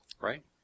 Right